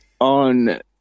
on